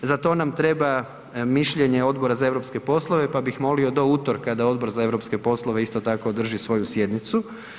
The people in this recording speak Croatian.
Za to nam treba mišljenje Odbora za europske poslove, pa bih molio do utorka da Odbor za europske poslove održi svoju sjednicu.